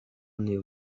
knew